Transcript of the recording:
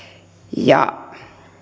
ja